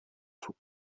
faux